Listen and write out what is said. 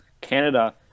Canada